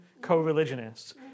co-religionists